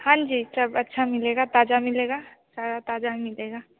हाँ जी सब अच्छा मिलेगा ताज़ा मिलेगा सारा ताजा मिलेगा